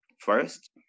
first